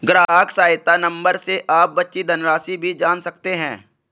ग्राहक सहायता नंबर से आप बची धनराशि भी जान सकते हैं